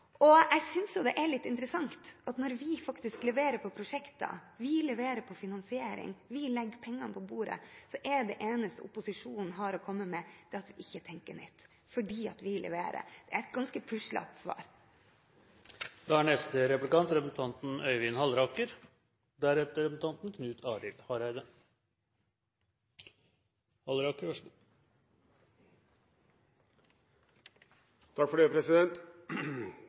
Jeg synes det er litt interessant at når vi faktisk leverer på prosjekter og på finansiering og legger pengene på bordet, er det eneste opposisjonen har å komme med, at vi ikke tenker nytt Det er ganske puslete – for vi leverer. For det første synes jeg det er hyggelig at også velgerne gjenkjenner Høyre for tiden, så det støtter jeg representanten Bjørnflaten i. Ellers tror jeg faktisk ikke det imponerer så